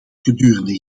gedurende